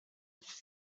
bihembo